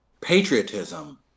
Patriotism